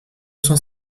cent